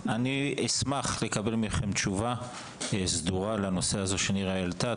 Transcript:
אשמח לקבל מכם תשובה סדורה לנושא הזה שנירה העלתה.